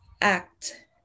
act